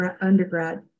undergrad